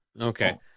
Okay